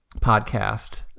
podcast